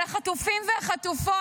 על החטופים והחטופות,